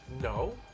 No